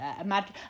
imagine